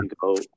go